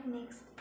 Next